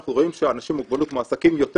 אנחנו רואים שאנשים עם מוגבלות מועסקים יותר